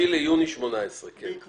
5 ליוני 2018. קיבלת העתק של המכתב,